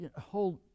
hold